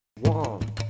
One